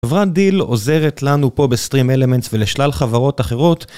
אפרת דיל עוזרת לנו פה ב-StreamElements ולשלל חברות אחרות.